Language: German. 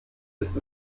ist